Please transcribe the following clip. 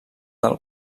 del